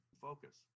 focus